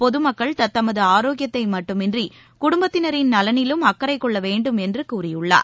பொதமக்கள் தத்தமதுஆரோக்கியத்தைமட்டுமின்றிகுடும்பத்தினரின் நலனிலும் அக்கரைகொள்ளவேண்டும் என்றுகூறியுள்ளார்